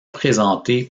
présentée